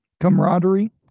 camaraderie